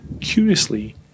Curiously